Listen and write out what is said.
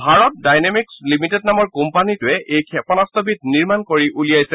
Bharat Dynamics Limited নামৰ কোম্পানীটোৱে এই ক্ষেপণাস্ত্ৰবিধ নিৰ্মাণ কৰি উলিয়াইছে